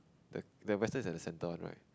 the that western is at the centre one right